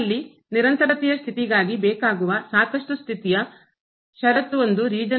ನಮ್ಮಲ್ಲಿ ನಿರಂತರತೆಯ ಸ್ಥಿತಿಗಾಗಿ ಬೇಕಾಗುವ ಸಾಕಷ್ಟು ಸ್ಥಿತಿ ಯ ಷರತ್ತು ಒಂದು ರೀಜನ್ ಪ್ರದೇಶದ ಲ್ಲಿ ಹೊಂದಿವೆ